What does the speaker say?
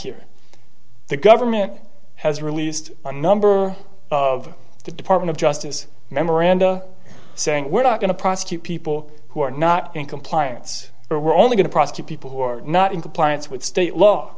here the government has released a number of the department of justice memoranda saying we're not going to prosecute people who are not in compliance or we're only going to prosecute people who are not in compliance with state law